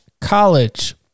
college